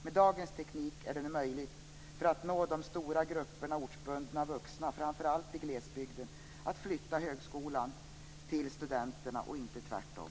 Med dagens teknik är det nu möjligt för att nå de stora grupperna ortsbundna vuxna, framför allt i glesbygden, att flytta högskolan till studenterna och inte tvärtom.